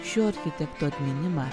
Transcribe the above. šio architekto atminimą